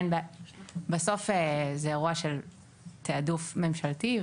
בסוף זה אירוע של תעדוף ממשלתי,